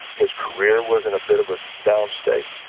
his career was in bit of ah downstate.